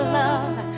love